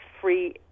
free